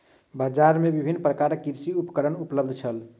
बजार में विभिन्न प्रकारक कृषि उपकरण उपलब्ध छल